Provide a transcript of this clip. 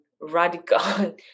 radical